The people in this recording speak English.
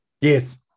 Yes